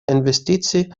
инвестиции